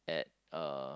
at uh